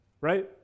right